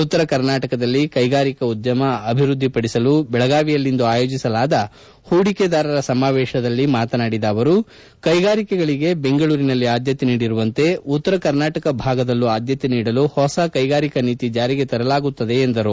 ಉತ್ತರ ಕರ್ನಾಟಕದಲ್ಲಿ ಕೈಗಾರಿಕಾ ಉದ್ಯಮ ಅಭಿವೃದ್ಧಿಪಡಿಸಲು ಬೆಳಗಾವಿಯಲ್ಲಿಂದು ಆಯೋಜಿಸಲಾದ ಪೂಡಿಕೆದಾರರ ಸಮಾವೇಶದಲ್ಲಿ ಮಾತನಾಡಿದ ಅವರು ಕೈಗಾರಿಕೆಗಳಿಗೆ ಬೆಂಗಳೂರಿನಲ್ಲಿ ಆದ್ದತೆ ನೀಡಿರುವಂತೆ ಉತ್ತರ ಕರ್ನಾಟಕ ಭಾಗದಲ್ಲೂ ಆದ್ಯತೆ ನೀಡಲು ಹೊಸ ಕೈಗಾರಿಕಾ ನೀತಿ ಜಾರಿಗೆ ತರಲಾಗುತ್ತದೆ ಎಂದರು